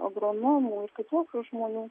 agronomų ir kitų žmonių